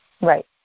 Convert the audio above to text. Right